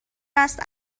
است